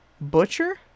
Butcher